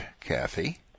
Kathy